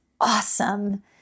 awesome